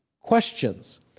questions